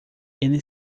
ele